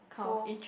so